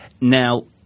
Now